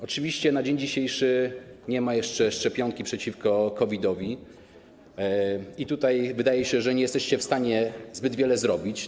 Oczywiście na dzień dzisiejszy nie ma jeszcze szczepionki przeciwko COVID-owi i wydaje się, że tutaj nie jesteście w stanie zbyt wiele zrobić.